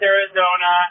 Arizona